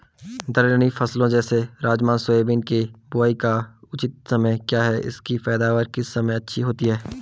दलहनी फसलें जैसे राजमा सोयाबीन के बुआई का उचित समय क्या है इसकी पैदावार किस समय अच्छी होती है?